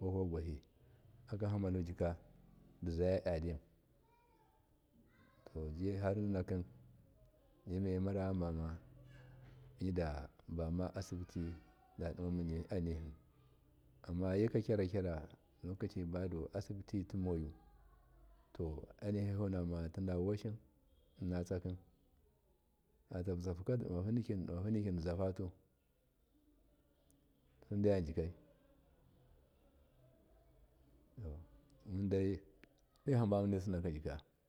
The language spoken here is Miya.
bavogwaki akanhamal vujika tojiharninaki emiye marayamuma mida bamaasi pitidadimaaniki ayika gyara gyara lokoci baduwa asibiti moyu anihaho nima tida voshi innatsaki akatabbussahuka ditafatu sudeyan jikau mundaido amibamunesinaka jika.